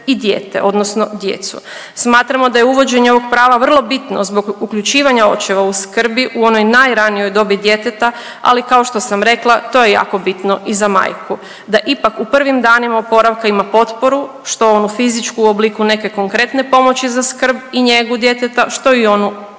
i dijete odnosno djecu. Smatramo da je uvođenje ovog prava vrlo bitno zbog uključivanja očeva u skrbi u onoj najranijoj dobi djeteta ali kao što sam rekla to je jako bino i za majku da ipak u prvim danima oporavka ima potporu što onu fizičku u obliku neke konkretne pomoći za skrb i njegu djeteta, što i onu